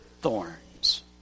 thorns